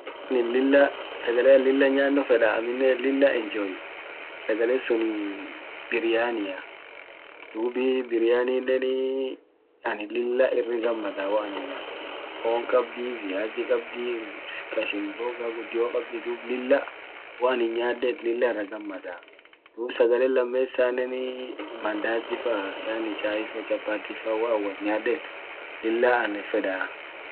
lilla sagale an lilla nyano feda aminen lilla enjoy sagalen sunii biryania. duubi biryanineni an lilla irr gammadaa woanin nyaad fon qabdi viazi qabdi kashin himbooga gudio qabdi duub lilla woanin nyaadet lilla ira gammadaa duub sagalen lamesaneni mandazifaa yani chaifa chapatifa woan wot nyaadet lilla anin feedaa.